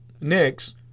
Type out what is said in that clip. Next